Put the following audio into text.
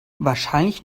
wahrscheinlich